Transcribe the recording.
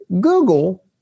Google